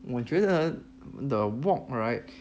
我觉得 the wok right